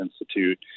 Institute